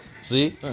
See